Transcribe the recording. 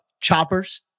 choppers